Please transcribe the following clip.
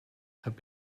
have